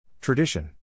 Tradition